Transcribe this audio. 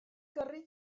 gyrru